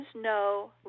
no